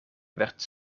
werd